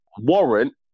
warrant